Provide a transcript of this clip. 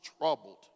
troubled